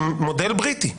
עם מודל בריטי.